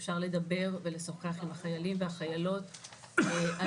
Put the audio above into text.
אפשר לדבר ולשוחח עם החיילים והחיילות על